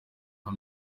nka